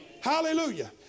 Hallelujah